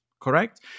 correct